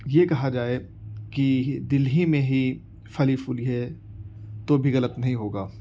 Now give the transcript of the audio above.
یہ کہا جائے کہ دلی میں ہی پھلی پھولی ہے تو بھی غلط نہیں ہوگا